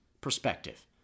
perspective